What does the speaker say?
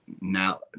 now